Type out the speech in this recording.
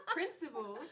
principal